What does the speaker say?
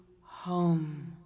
home